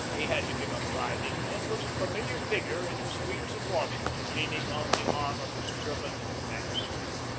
he had to give up riding and was a familiar figure in the streets of washington leaning on the arm of his german man-servant.